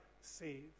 saved